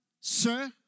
sir